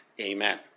amen